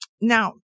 now